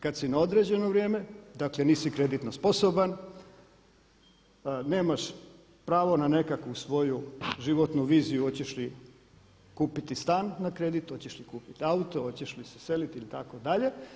Kad si na određeno vrijeme, dakle nisi kreditno sposoban, nemaš pravo na nekakvu svoju životnu viziju hoćeš li kupiti stan na kredit, hoćeš li kupiti auto, hoćeš li se seliti ili itd.